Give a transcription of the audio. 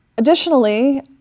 Additionally